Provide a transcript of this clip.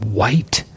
white